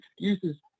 excuses